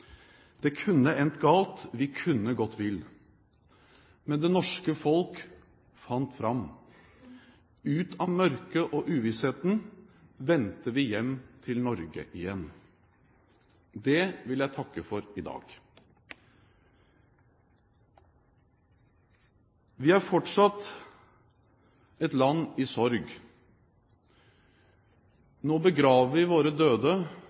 Det kunne endt galt. Vi kunne gått vill. Men det norske folk fant fram. Ut av mørket og uvissheten vendte vi hjem til Norge igjen. Det vil jeg takke for i dag. Vi er fortsatt et land i sorg. Nå begraver vi våre døde